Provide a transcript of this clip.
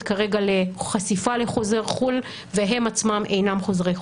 כרגע לחשיפה לחוזר חו"ל והם עצמם אינם חוזרי חו"ל,